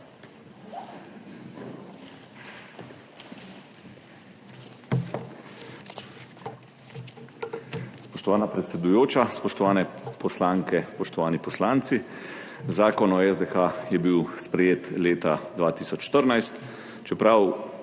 Spoštovana predsedujoča, spoštovane poslanke, spoštovani poslanci! Zakon o SDH je bil sprejet leta 2014. Čeprav